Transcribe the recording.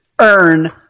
earn